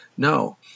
No